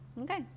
Okay